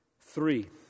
three